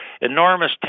enormous